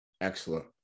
Excellent